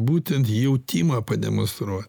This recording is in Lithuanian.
būtent jautimą pademonstruo